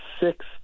six